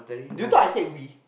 do you thought I said we